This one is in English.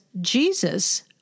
Jesus